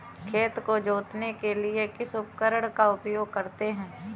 खेत को जोतने के लिए किस उपकरण का उपयोग करते हैं?